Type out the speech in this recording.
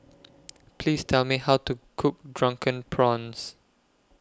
Please Tell Me How to Cook Drunken Prawns